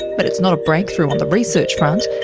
but it's not a breakthrough on the research front.